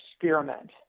experiment